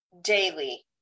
daily